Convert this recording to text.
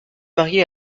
mariée